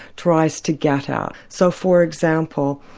tries to get at. so, for example,